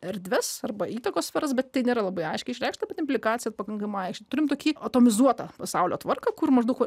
erdves arba įtakos sferas bet tai nėra labai aiškiai išreikšta bet implikacija pakankamai aiški turime tokį atomizuotą pasaulio tvarką kur maždaug